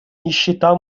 нищета